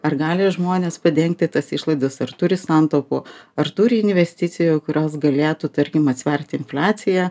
ar gali žmonės padengti tas išlaidas ar turi santaupų ar turi investicijų kurios galėtų tarkim atsverti infliaciją